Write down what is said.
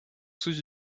sous